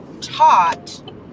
taught